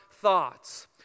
thoughts